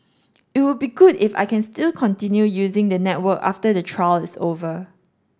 it would be good if I can still continue using the network after the trial is over